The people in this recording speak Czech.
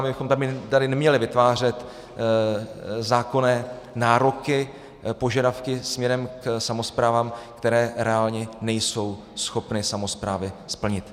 My bychom tady neměli vytvářet zákonné nároky, požadavky směrem k samosprávám, které reálně nejsou schopny samosprávy splnit.